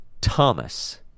Thomas